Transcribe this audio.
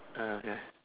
uh ya